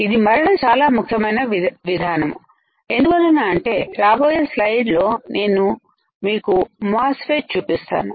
ఇది మరల చాలా ముఖ్యమైన విధానము ఎందువలన అంటే రాబోయే స్లైడ్లో నేను మీకు మాస్ ఫెట్ చూపిస్తాను